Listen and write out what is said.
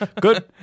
good